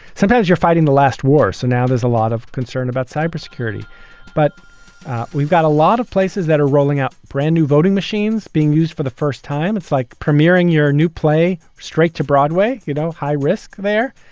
sometimes you're fighting the last war. so now there's a lot of concern about cybersecurity but we've got a lot of places that are rolling out brand new voting machines being used for the first time. it's like premiering your new play straight to broadway. you know, high risk there.